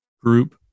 group